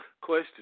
Question